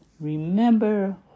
remember